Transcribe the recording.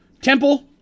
temple